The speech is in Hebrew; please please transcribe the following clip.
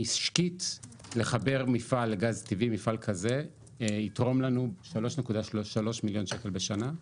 משקית לחבר מפעל כזה לגז טבעי יתרום לנו 3.3 מיליון שקל בשנה.